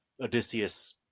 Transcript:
Odysseus